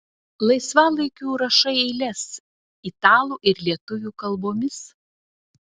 laisvalaikiu rašai eiles italų ir lietuvių kalbomis